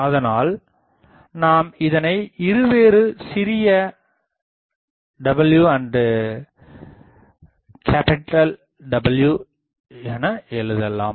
ஆதலால் தான் நாம் இதனை இருவேறுமுறையான சிறிய எழுத்து w மற்றும் பெரிய எழுத்து W கொண்டு குறியிடுகிறோம்